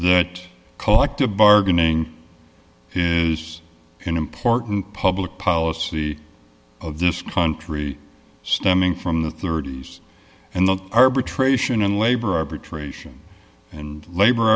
that collective bargaining is an important public policy of this country stemming from the thirty's and the arbitration and labor arbitration and labor